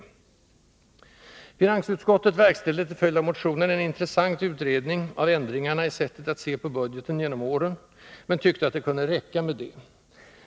Finansutskottet verkställde till följd av motionen en intressant utredning av ändringarna i sättet att se på budgeten genom åren, men tyckte att det kunde räcka med detta.